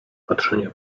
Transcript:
patrzenia